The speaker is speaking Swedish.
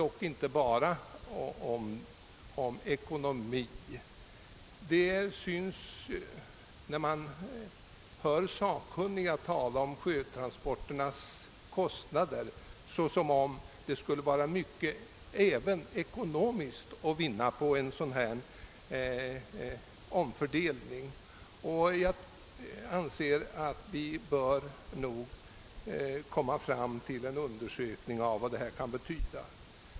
Detta är inte främst en ekonomisk fråga, men enligt vad sakkunniga sagt om kostnaderna för sjötransporterna förefaller det som om mycket vore att vinna även ekonomiskt på en sådan omfördelning. Det är därför angeläget att det kommer till stånd en undersökning om vad detta kan betyda.